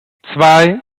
zwei